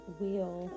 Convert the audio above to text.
wheel